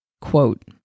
Quote